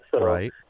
Right